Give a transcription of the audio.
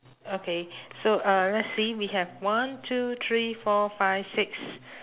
okay so uh let's see we have one two three four five six